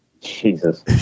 Jesus